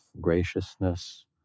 graciousness